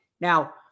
Now